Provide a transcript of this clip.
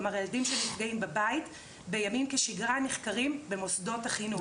כלומר הילדים שנפגעים בבית בימים כשגרה נחקרים במוסדות החינוך,